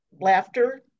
laughter